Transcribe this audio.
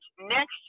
next